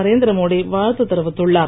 நரேந்திர மோடி வாழ்த்து தெரிவித்துள்ளார்